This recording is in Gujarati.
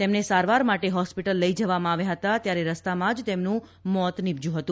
તેમને સારવાર માટે જો ેે રંસ્પટલ લઈ જવામાં આવ્યા ફતા ત્યારે રસ્તામાં જ તેમનું મોત નિપજ્યા હતા